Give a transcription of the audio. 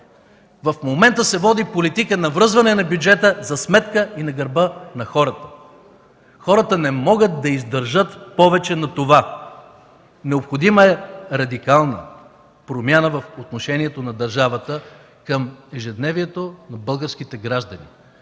В момента се води политика на връзване на бюджета за сметка и на гърба на хората. Хората не могат да издържат повече на това. Необходима е радикална промяна в отношението на държавата към ежедневието на българските граждани.